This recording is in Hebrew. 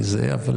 אבל